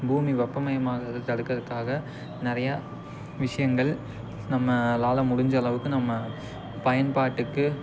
பூமி வெப்பமயமாகிறத தடுக்குறதுக்காக நிறையா விஷியங்கள் நம்மளால் முடிஞ்சளவுக்கு நம்ம பயன்பாட்டுக்கு